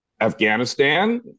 Afghanistan